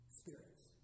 spirits